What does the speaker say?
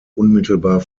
unmittelbar